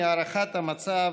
מהערכת המצב